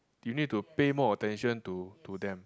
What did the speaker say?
do you need to pay more attention to to them